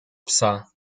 psa